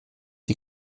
die